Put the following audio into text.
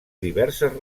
diverses